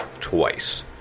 twice